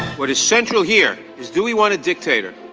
what is central here is do we want a dictator?